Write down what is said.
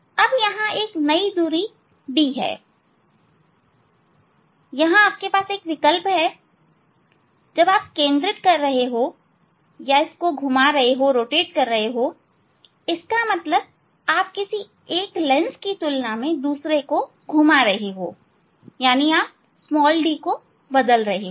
अब यहां एक नई दूरी d है यहां एक विकल्प है जब आप केंद्रित कर रहे हैं आप घुमा रहे हैं इसका मतलब आप किसी एक लेंस को दूसरे की तुलना में घुमा रहे हैं तो आप d को बदल रहे हैं